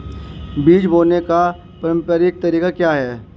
बीज बोने का पारंपरिक तरीका क्या है?